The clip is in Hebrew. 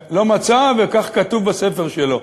וכך כתוב בספר שלו.